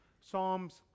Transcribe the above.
Psalms